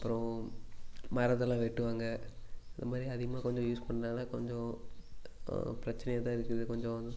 அப்பறம் மரத்தெல்லாம் வெட்டுவாங்க இது மாதிரி அதிகமாக கொஞ்சம் யூஸ் பண்றனால கொஞ்சம் பிரச்சனையாக தான் இருக்குது கொஞ்சம்